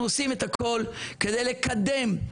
אנחנו עושים את הכל כדי לקדם,